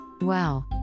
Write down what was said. Wow